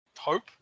hope